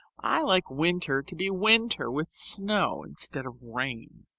i like winter to be winter with snow instead of rain.